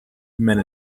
men